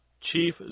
Chief